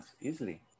easily